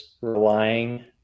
relying